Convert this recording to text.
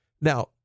Now